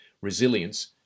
resilience